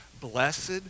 Blessed